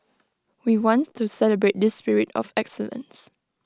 we want to celebrate this spirit of excellence